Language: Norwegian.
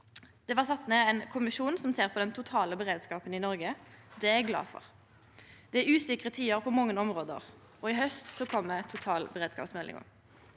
Det blei sett ned ein kommisjon som ser på den totale beredskapen i Noreg. Det er eg glad for. Det er usikre tider på mange område, og i haust kjem totalberedskapsmeldinga.